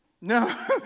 no